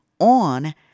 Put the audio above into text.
on